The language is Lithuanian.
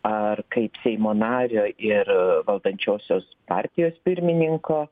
ar kaip seimo nario ir valdančiosios partijos pirmininko